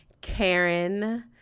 karen